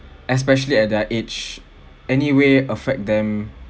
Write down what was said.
especially at their age anyway affect them